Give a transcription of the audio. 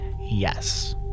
yes